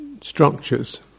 structures